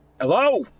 Hello